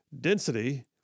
Density